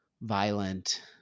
violent